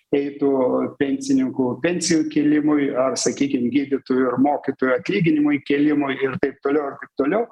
eitų pensininkų pensijų kėlimui ar sakykim gydytojų ar mokytojų atlyginimui kėlimui ir taip toliau ir taip toliau